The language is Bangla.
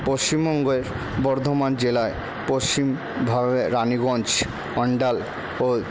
পশ্চিমবঙ্গের বর্ধমান জেলায় পশ্চিমভাবে রাণীগঞ্জ অন্ডাল ও